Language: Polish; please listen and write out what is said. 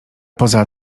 poza